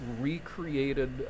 recreated